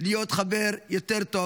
להיות חבר יותר טוב,